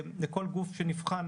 לכל גוף שנבחן,